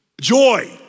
joy